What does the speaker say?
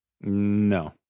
No